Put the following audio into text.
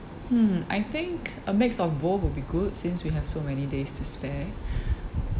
hmm I think a mix of both will be good since we have so many days to spare